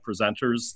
presenters